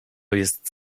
jest